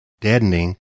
deadening